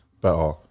better